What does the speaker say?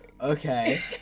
Okay